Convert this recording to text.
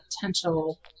potential